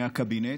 מהקבינט,